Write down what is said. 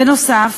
בנוסף,